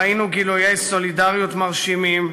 ראינו גילויי סולידריות מרשימים,